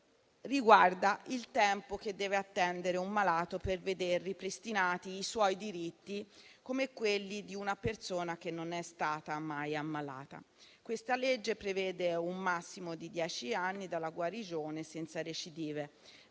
negativo riguarda il tempo che deve attendere un malato per veder ripristinati i suoi diritti come quelli di una persona che non si è mai ammalata. Questo disegno di legge prevede un massimo di dieci anni dalla guarigione senza recidive: